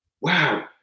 wow